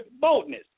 boldness